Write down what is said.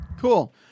Cool